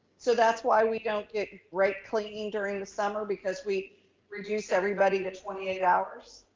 so that's why we don't get great cleaning during the summer because we reduce everybody to twenty eight hours?